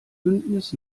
bündnis